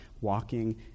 walking